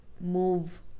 move